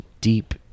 deep